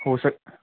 ਹੋ ਸਕੇ